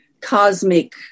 cosmic